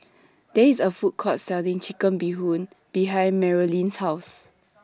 There IS A Food Court Selling Chicken Bee Hoon behind Marolyn's House